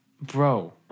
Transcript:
Bro